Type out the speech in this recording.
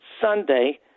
Sunday